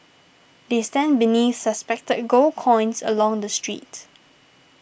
they stand beneath suspended gold coins along the street